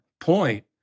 point